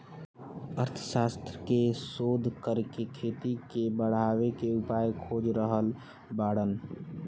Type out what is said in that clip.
अर्थशास्त्र के शोध करके खेती के बढ़ावे के उपाय खोज रहल बाड़न